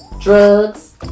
drugs